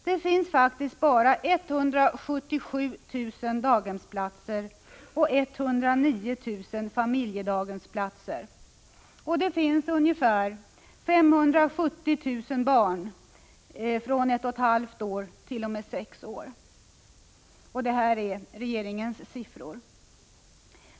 Det finns faktiskt bara 177 000 daghemsplatser och 109 000 familjedaghemsplatser, och det finns 570 000 barn från ett och ett halvt år t.o.m. sex år. Detta är regeringens siffror.